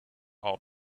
out